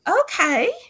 Okay